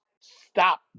stop